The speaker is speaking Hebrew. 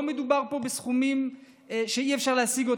לא מדובר פה בסכומים שאי-אפשר להשיג.